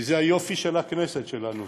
כי זה היופי של הכנסת שלנו,